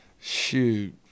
Shoot